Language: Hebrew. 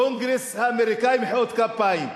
בקונגרס האמריקני, מחיאות כפיים,